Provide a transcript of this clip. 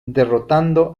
derrotando